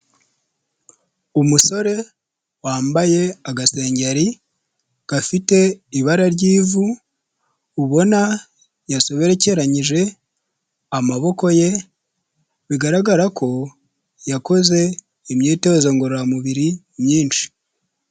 Umusore wambaye agasengeri gafite ibara ry'ivu, ubona yasobekeranyije amaboko ye bigaragara ko yakoze imyitozo ngororamubiri myinshi.